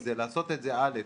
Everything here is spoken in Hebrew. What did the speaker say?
זה לעשות את זה א',